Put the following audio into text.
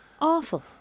Awful